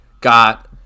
Got